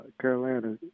Carolina